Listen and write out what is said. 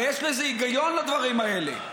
הרי יש לזה היגיון, לדברים האלה.